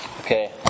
Okay